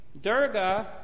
Durga